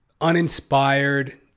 uninspired